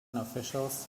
officials